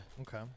Okay